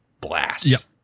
blast